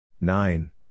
nine